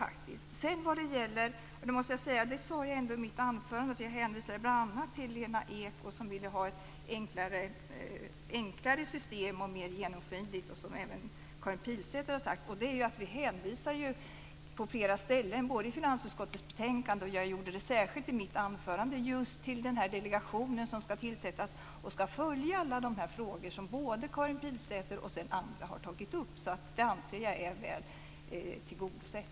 Jag måste ändå säga att jag i mitt anförande hänvisade bl.a. till Lena Ek, som vill ha ett enklare och mer genomskinligt system. Även Karin Pilsäter har sagt detta. Vi hänvisar på flera ställen i finansutskottets betänkande, och jag gjorde det särskilt i mitt anförande, just till den delegation som skall tillsättas och som skall följa alla de frågor som både Karin Pilsäter och andra har tagit upp. Jag anser att det är väl tillgodosett.